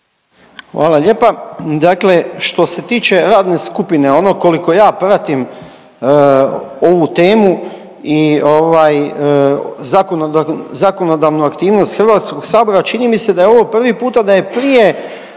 Hvala lijepa. Dakle, što se tiče radne skupine ono koliko ja pratim ovu temu i zakonodavnu aktivnost HS-a čini mi se da je ovo prvi puta da je prije